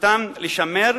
בזכותם לשמר,